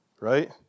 right